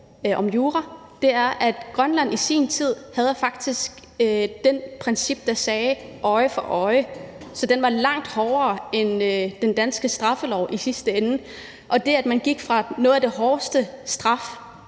universitet, at Grønland i sin tid faktisk havde det princip, at det var øje for øje. Så det var langt hårdere end den danske straffelov i sidste ende, og det, at man gik fra en af de hårdeste straffe,